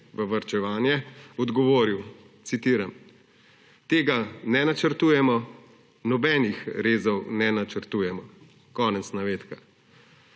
v varčevanje, odgovoril, citiram: »Tega ne načrtujemo, nobenih rezov ne načrtujemo.« Konec navedka.